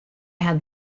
hat